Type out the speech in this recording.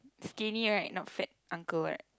skinny right not fat uncle right